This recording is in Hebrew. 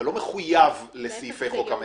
אתה לא מחויב לסעיפי חוק המכר.